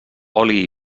oli